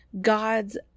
God's